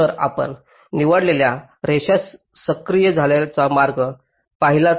तर आपण निवडलेल्या रेषा सक्रिय झाल्याचा मार्ग पाहिला तर